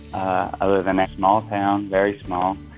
i live in a small town, very small